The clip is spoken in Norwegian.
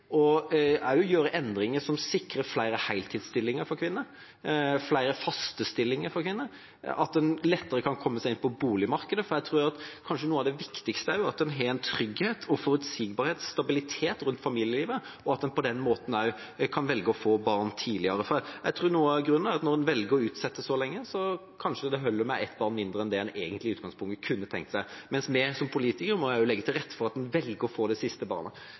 gjøre endringer som sikrer flere heltidsstillinger for kvinner, flere faste stillinger for kvinner, og at en lettere kan komme seg inn på boligmarkedet. Jeg tror kanskje noe av det viktigste er at en har trygghet og forutsigbarhet, stabilitet rundt familielivet, og at en på den måten kan velge å få barn tidligere. Jeg tror noe av grunnen er at noen velger å utsette så lenge, og så holder det kanskje med et barn mindre enn det en i utgangspunktet egentlig kunne tenkt seg. Men vi som politikere må også legge til rette for at en velger å få det siste barnet.